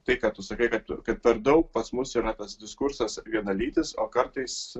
tai ką tu sakai kad kad per daug pas mus yra tas diskursas vienalytis o kartais